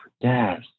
yes